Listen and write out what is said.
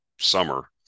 summer